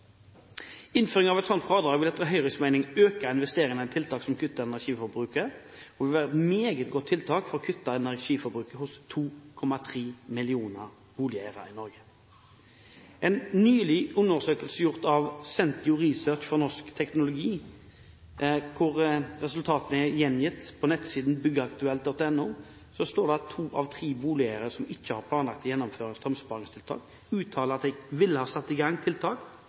Innføring av et slikt fradrag vil etter Høyres mening øke investeringene i tiltak som kutter energiforbruket. Det vil være et meget godt tiltak for å kutte energiforbruket hos 2,3 millioner boligeiere i Norge. I en nylig undersøkelse gjort av Sentio Research for Norsk Teknologi – og hvor resultatene er gjengitt på nettsiden byggaktuelt.no – står det at to av tre boligeiere som ikke har planlagt å gjennomføre strømsparingstiltak, uttaler at de ville ha satt i gang tiltak